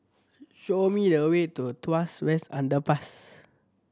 show me the way to Tuas West Underpass